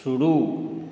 शुरू